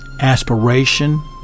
aspiration